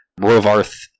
Rovarth